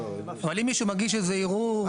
לא, או שמישהו מגיש איזשהו ערעור.